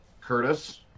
Curtis